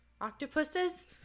Octopuses